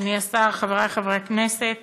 אדוני השר, חברי חברי הכנסת,